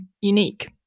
unique